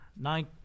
nine